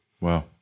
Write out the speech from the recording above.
Wow